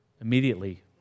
immediately